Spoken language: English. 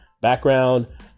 background